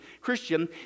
Christian